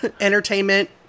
entertainment